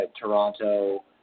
Toronto